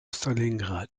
stalingrad